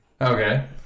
Okay